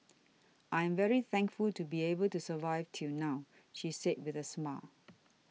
I am very thankful to be able to survive till now she said with a smile